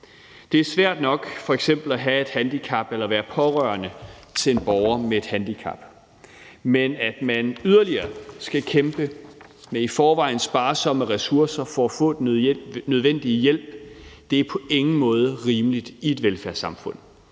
Det er svært nok f.eks. at have et handicap eller være pårørende til en borger med et handicap, men at man yderligere skal kæmpe med i forvejen sparsomme ressourcer for at få den nødvendige hjælp, er på ingen måde rimeligt i et velfærdssamfund.